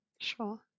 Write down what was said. Sure